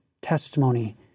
testimony